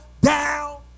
down